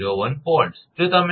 92 ln60